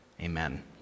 amen